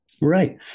right